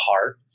heart